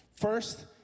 First